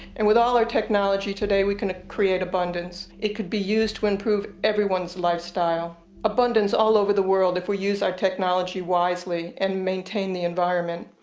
and with all our technology today we can create abundance. it could be used to improve everyone's livestyle. abundance all over the world if we use our technology wisely and maintain the environment.